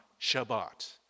Shabbat